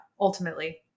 ultimately